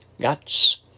Guts